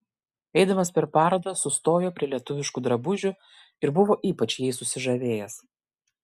eidamas per parodą sustojo prie lietuviškų drabužių ir buvo ypač jais susižavėjęs